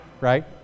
right